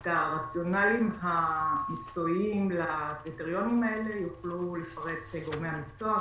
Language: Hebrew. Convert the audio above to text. את הרציונאליים המקצועיים לקריטריונים האלה יוכלו לפרט גורמי המקצוע,